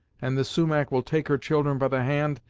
and the sumach will take her children by the hand,